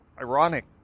ironic